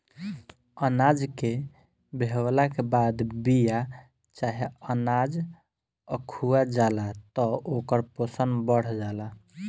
अनाज के भेवला के बाद बिया चाहे अनाज अखुआ जाला त ओकर पोषण बढ़ जाला